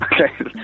Okay